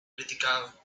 criticado